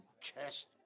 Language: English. chest